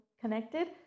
connected